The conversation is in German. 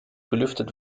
belüftet